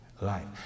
life